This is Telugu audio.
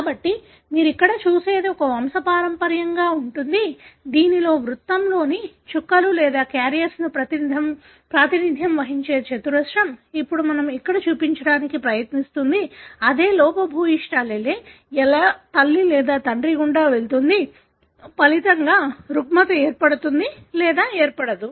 కాబట్టి మీరు ఇక్కడ చూసేది ఒక వంశపారంపర్యంగా ఉంటుంది దీనిలో వృత్తంలోని చుక్కలు లేదా క్యారియర్లకు ప్రాతినిధ్యం వహించే చతురస్రం ఇప్పుడు మనం ఇక్కడ చూపించడానికి ప్రయత్నిస్తున్నది అదే లోపభూయిష్ట allele ఎలా తల్లి లేదా తండ్రి గుండా వెళుతుంది ఫలితంగా రుగ్మత ఏర్పడుతుంది లేదా ఏర్పడదు